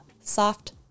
soft